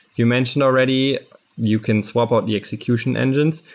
you mentioned already you can swap out the execution engines.